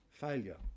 failure